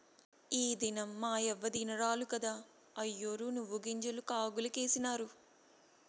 ఈ దినం మాయవ్వ దినారాలు కదా, అయ్యోరు నువ్వుగింజలు కాగులకేసినారు